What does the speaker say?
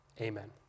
amen